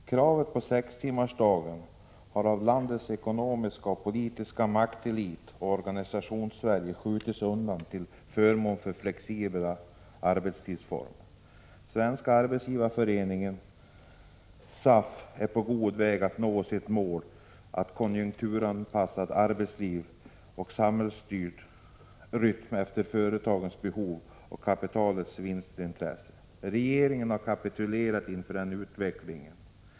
Herr talman! Kravet på sex timmars arbetsdag har av landets ekonomiska 5 november 1986 och politiska maktelit och Organisationssverige skjutits undan till förmån för. =S flexibla arbetstidsformer. Svenska arbetsgivareföreningen, SAF, är på god väg att nå sitt mål att konjunkturanpassa arbetsliv och arbetsrytm efter företagens behov och kapitalets vinstintresse. Regeringen har helt kapitulerat inför denna utveckling.